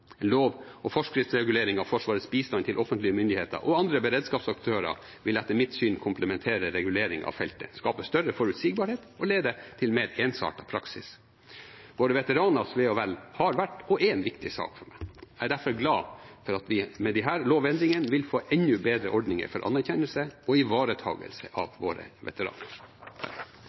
Lov- og forskriftsreguleringer av Forsvarets bistand til offentlige myndigheter og andre beredskapsaktører vil etter mitt syn komplementere reguleringen av feltet, skape større forutsigbarhet og lede til en mer ensartet praksis. Veteranenes ve og vel har vært og er en viktig sak for meg. Jeg er derfor glad for at vi med disse lovendringene vil få enda bedre ordninger for anerkjennelse og ivaretakelse av våre veteraner.